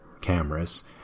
cameras